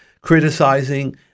criticizing